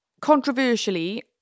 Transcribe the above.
controversially